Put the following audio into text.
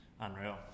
Unreal